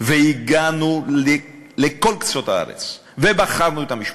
והגענו לכל קצות הארץ ובחרנו את המשפחות,